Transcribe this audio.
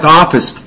office